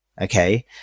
okay